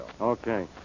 Okay